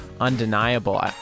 Undeniable